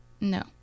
No